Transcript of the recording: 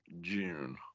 June